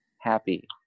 happy